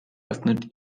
öffnet